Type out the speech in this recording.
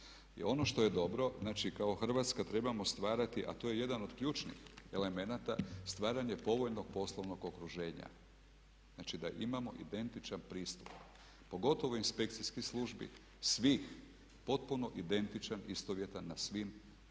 I ono što je dobro, znači kao Hrvatska trebamo stvarati, a to je jedan od ključnih elemenata, stvaranje povoljnog poslovnog okruženja. Znači da imamo identičan pristup, pogotovo inspekcijskih službi, svih potpuno identičan i istovjetan na svim, praktički